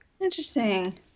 Interesting